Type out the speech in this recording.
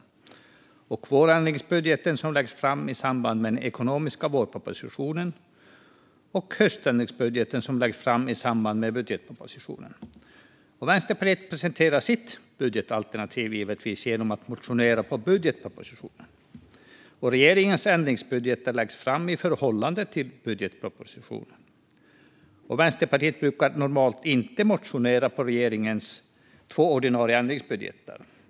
Det är förslaget till vårändringsbudget som läggs fram i samband med den ekonomiska vårpropositionen och förslaget till höständringsbudget som läggs fram i samband med budgetpropositionen. Vänsterpartiet presenterar givetvis sitt budgetalternativ genom att motionera på budgetpropositionen. Regeringens ändringsbudgetar läggs fram i förhållande till budgetpropositionen. Vänsterpartiet brukar normalt inte motionera på regeringens två ordinarie ändringsbudgetar.